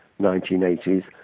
1980s